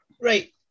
Right